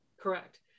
Correct